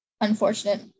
unfortunate